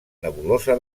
nebulosa